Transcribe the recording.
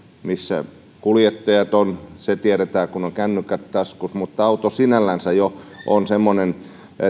missä kuljettajat ovat tiedetään kun on kännykät taskussa mutta auto sinällänsä jo on semmoinen